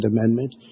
Amendment